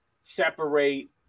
separate